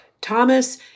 Thomas